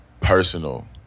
personal